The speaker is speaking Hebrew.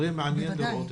בוודאי.